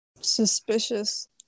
suspicious